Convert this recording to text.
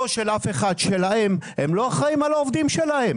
של אף אחד לא אחראים על העובדים שלהם,